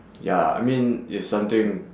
ya I mean if something